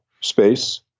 space